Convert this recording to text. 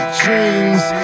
dreams